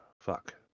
Fuck